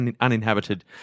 uninhabited